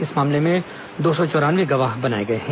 इस मामले में दौ सौ चौरानवे गवाह बनाए गए हैं